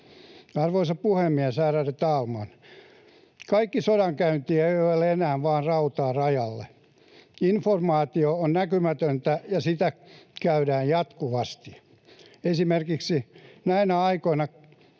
Arvoisa puhemies, ärade talman! Kaikki sodankäynti ei ole enää vain rautaa rajalle. Informaatiosota on näkymätöntä, ja sitä käydään jatkuvasti. Esimerkiksi näinä aikoina